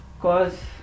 cause